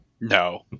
No